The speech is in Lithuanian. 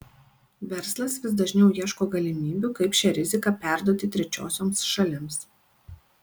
verslas vis dažniau ieško galimybių kaip šią riziką perduoti trečiosioms šalims